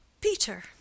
Peter